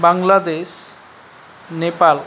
Bangladesh Nepal